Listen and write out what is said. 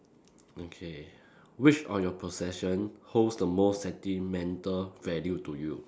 okay which of your possession holds the most sentimental value to you